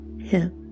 hip